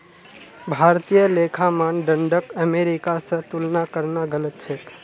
भारतीय लेखा मानदंडक अमेरिका स तुलना करना गलत छेक